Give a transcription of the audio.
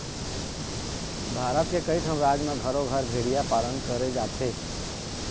भारत के कइठन राज म घरो घर भेड़िया पालन करे जाथे